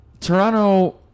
Toronto